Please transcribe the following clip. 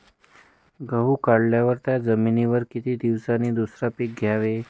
गहू काढल्यावर त्या जमिनीवर किती दिवसांनी दुसरे पीक घ्यावे?